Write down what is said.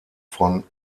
von